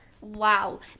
Wow